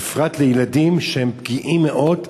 בפרט לילדים, שהם פגיעים מאוד,